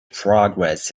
progress